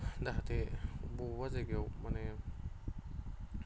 जाहाथे बबेबा जायगायाव माने